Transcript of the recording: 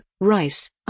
Rice